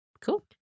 Cool